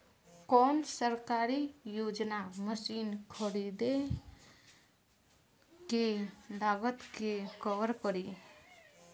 कौन सरकारी योजना मशीन खरीदले के लागत के कवर करीं?